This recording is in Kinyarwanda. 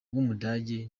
w’umudage